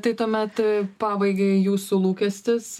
tai tuomet pabaigai jūsų lūkestis